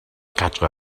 quatre